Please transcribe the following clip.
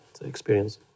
experience